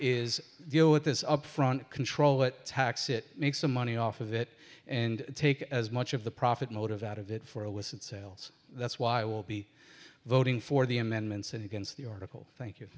is deal with this upfront control but tax it make some money off of it and take as much of the profit motive out of it for alyson sales that's why i will be voting for the amendments and against the article thank you